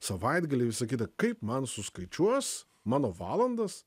savaitgaliai visa kita kaip man suskaičiuos mano valandas